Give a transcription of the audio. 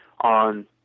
on